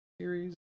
series